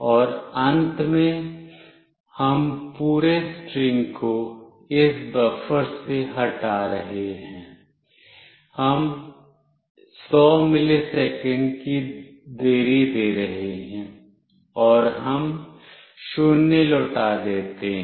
और अंत में हम पूरे स्ट्रिंग को इस बफ़र से हटा रहे हैं हम 100 मिलीसेकेंड की देरी दे रहे हैं और हम 0 लौटा देते हैं